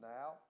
Now